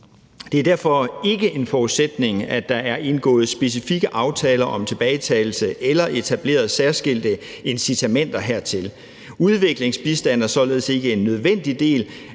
Det er derfor ikke en forudsætning, at der er indgået specifikke aftaler om tilbagetagelse eller etableret særskilte incitamenter hertil. Udviklingsbistand er således ikke en nødvendig del